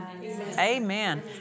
Amen